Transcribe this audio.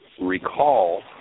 recall